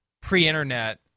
pre-internet